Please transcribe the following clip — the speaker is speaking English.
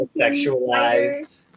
Sexualized